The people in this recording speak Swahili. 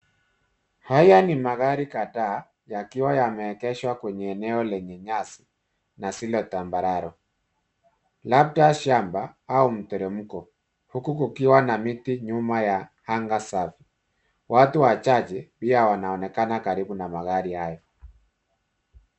Haya ni magari kadhaa, yakiwa yameegeshwa kwenye eneo lenye nyasi na asili ya tambararo. Labda shamba au mteremko, huku kukiwa na miti nyuma ya anga safi .Watu wachache pia wanaonekana karibu na magari hayo.